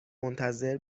منتظر